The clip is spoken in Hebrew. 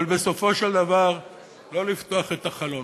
אבל בסופו של דבר לא לפתוח את החלון.